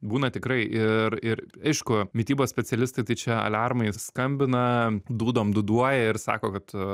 būna tikrai ir ir aišku mitybos specialistai tai čia aliarmai skambina dūdom dūduoja ir sako kad